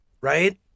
right